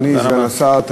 אדוני סגן השר,